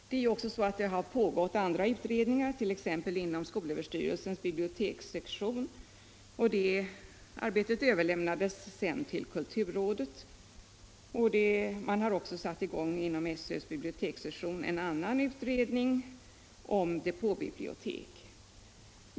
Det har även pågått andra utredningar, t.ex. inom skolöverstyrelsens bibliotekssektion, och det arbetet överlämnades sedan till kulturrådet. Man har också satt i gång en annan utredning inom SÖ:s bibliotekssektion, nämligen om depåbibliotek.